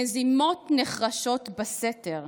// מזימות נחרשות בסתר,